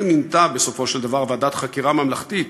מינתה בסופו של דבר ועדת חקירה ממלכתית,